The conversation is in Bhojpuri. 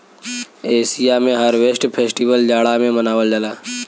एसिया में हार्वेस्ट फेस्टिवल जाड़ा में मनावल जाला